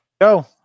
Go